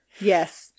yes